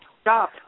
stop